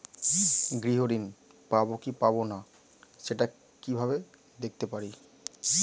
গৃহ ঋণ পাবো কি পাবো না সেটা কিভাবে দেখতে পারি?